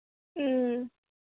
ꯎꯝ